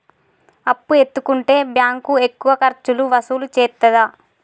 అప్పు ఎత్తుకుంటే బ్యాంకు ఎక్కువ ఖర్చులు వసూలు చేత్తదా?